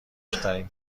ترین